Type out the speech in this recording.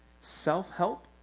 Self-help